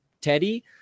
Teddy